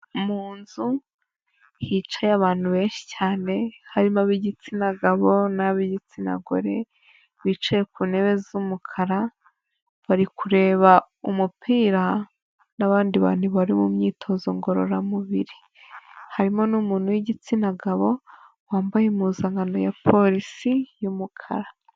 Mu nzu hicaye abantu benshi cyane harimo ab'igitsina gabo n'ab'igitsina gore bicaye ku ntebe z'umukara, bari kureba umupira n'abandi bantu bari mu myitozo ngororamubiri, harimo n'umuntu w'igitsina gabo wambaye impuzankano ya Polisi y'umukara.